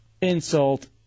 insult